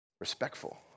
respectful